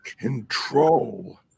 control